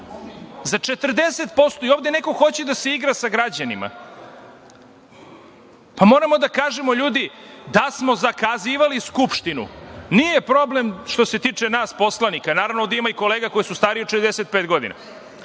godinu. I ovde neko hoće da se igra sa građanima? Moramo da kažemo, ljudi, da smo zakazivali Skupštinu, nije problem što se tiče nas poslanika, naravno da ima kolega koji su stariji od 65 godina,